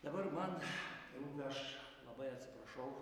dabar man rūpi aš labai atsiprašau